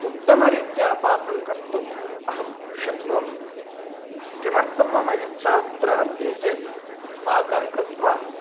उत्तमरीत्या पाकं कर्तुं अहं शक्नोमि किमर्थं मम इच्छा अत्र अस्ति चेत् पाकं कृत्वा